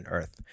Earth